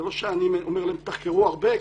זה לא שאני אומר להם: תחקרו הרבה,